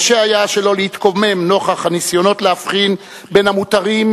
קשה היה שלא להתקומם נוכח הניסיונות להבחין בין המותרים